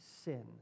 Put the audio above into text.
sin